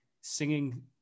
singing